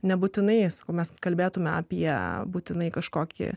nebūtinai sakau mes kalbėtume apie būtinai kažkokį